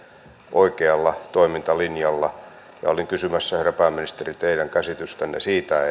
oikealla toimintalinjalla olin kysymässä herra pääministeri teidän käsitystänne siitä